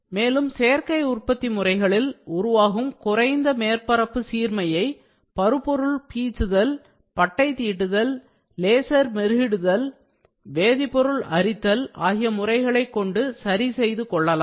மேலும் சேர்க்கை உற்பத்தி முறைகளில் உருவாகும் குறைந்த மேற்பரப்பு சீர்மையை பருப்பொருள் பீச்சுதல் பட்டை தீட்டுதல் லேசர் மெருகிடுதல் வேதிப்பொருள் அரித்தல் ஆகிய முறைகளைக் கொண்டு சரி செய்து கொள்ளலாம்